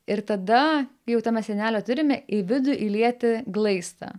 ir tada kai jau tą mes sienelę turime į vidų įlieti glaistą